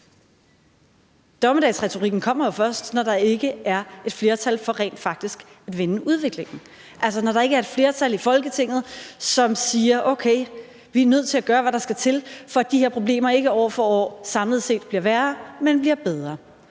Dommedagsretorikken kommer jo først, når der ikke er et flertal for rent faktisk at vende udviklingen, altså når der ikke er et flertal i Folketinget, som siger: Okay, vi er nødt til at gøre, hvad der skal til, for at de her problemer ikke år for år samlet set bliver værre, men bliver bedre.